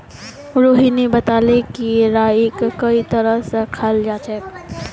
रोहिणी बताले कि राईक कई तरह स खाल जाछेक